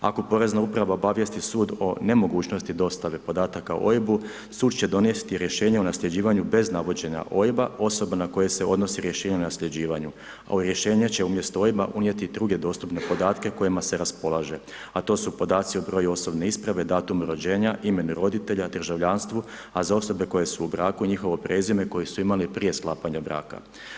Ako porezna uprava obavijesti sud o nemogućnosti dostave podataka o OIB-u sud će donesti rješenje o nasljeđivanju bez navođenja OIB-a osoba na koje se odnosi rješenje o nasljeđivanju a u rješenje će umjesto OIB-a unijeti i druge dostupne podatke kojima se raspolaže a to su podaci o broju osobne isprave, datumu rođenja imenu roditelja, državljanstvu a za osobe koje su u braku, njihovo prezime koje su imali prije sklapanje braka.